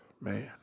Man